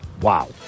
Wow